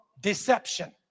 deception